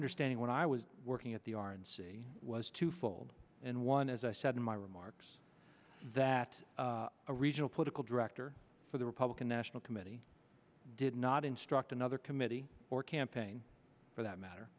understanding when i was working at the r n c was twofold and one as i said in my remarks that a regional political director for the republican national committee did not instruct another committee or campaign for that matter